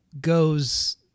goes